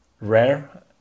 rare